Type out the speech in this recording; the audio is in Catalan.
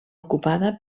ocupada